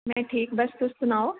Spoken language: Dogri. में ठीक बस तुस सनाओ